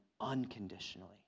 unconditionally